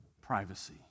privacy